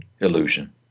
illusion